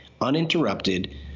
uninterrupted